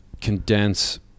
condense